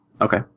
Okay